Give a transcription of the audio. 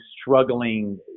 struggling